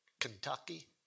Kentucky